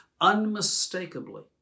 unmistakably